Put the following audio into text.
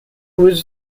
was